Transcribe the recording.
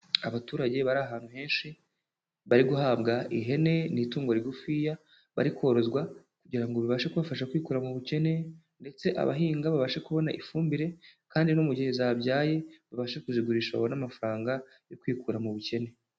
Abaturage bari ahantu henshi, bari guhabwa ihene ni itungo rigufiya bari korozwa kugira bibashe kubafasha kwikura mu bukene ndetse abahinga babashe kubona ifumbire kandi no mu gihe zabyaye, babashe kuzigurisha babone amafaranga yo kwikura mu bukene.